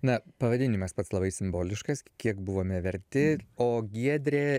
na pavadinimas pats labai simboliškas kiek buvome verti o giedrė